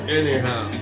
anyhow